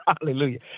Hallelujah